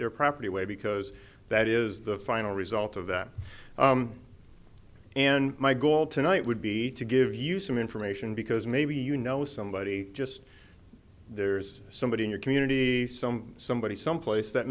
their property away because that is the final result of that and my goal tonight would be to give you some information because maybe you know somebody just there's somebody in your community some somebody some place that